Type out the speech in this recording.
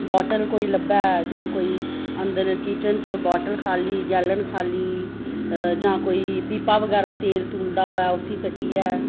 bottle कोई लब्भै जां कोई किचन च बाटल खाली गैलन खाली जां कोई पीपा बगैरा कोई तेल दा होऐ उसी कट्टियै